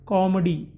Comedy